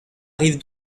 rive